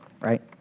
right